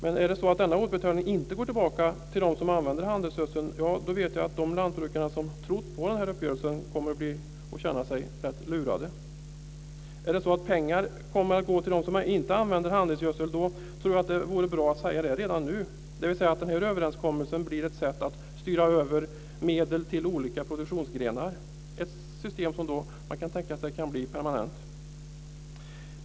Men om denna återbetalning inte går tillbaka till dem som använder handelsgödsel vet jag att de lantbrukare som har trott på den här uppgörelsen kommer att känna sig rätt lurade. Om pengar kommer att gå till dem som inte använder handelsgödsel tror jag att det vore bra att säga det redan nu, dvs. att den här överenskommelsen blir ett sätt att styra över medel till olika produktionsgrenar, ett system som man då kan tänka sig kan bli permanent.